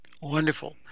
Wonderful